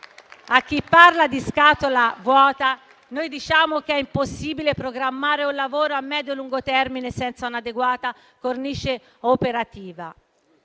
A chi parla di scatola vuota diciamo che è impossibile programmare un lavoro a medio-lungo termine senza un'adeguata cornice operativa.